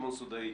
שמעון סודאי,